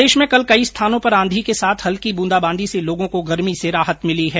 प्रदेश में कल कई स्थानों पर आंधी के साथ हल्की ब्रंदाबांदी से लोगों को गर्मी से राहत मिली है